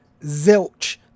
Zilch